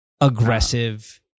aggressive